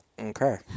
Okay